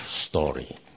story